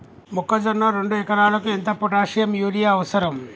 మొక్కజొన్న రెండు ఎకరాలకు ఎంత పొటాషియం యూరియా అవసరం?